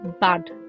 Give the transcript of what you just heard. bad